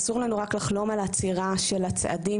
אסור לנו רק לחלום על עצירה של הצעדים